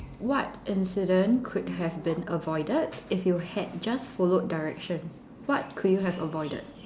what incident could have been avoided if you had just followed directions what could you have avoided